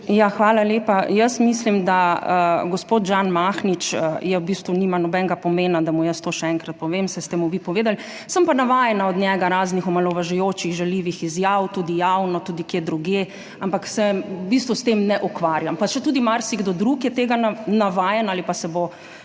Hvala lepa. Jaz mislim, da v bistvu nima nobenega pomena, da gospodu Žanu Mahniču jaz to še enkrat povem, saj ste mu vi povedali. Sem pa navajena od njega raznih omalovažujočih žaljivih izjav, tudi javno, tudi kje drugje, ampak se v bistvu s tem ne ukvarjam. Pa še tudi marsikdo drug je tega navajen ali pa se bo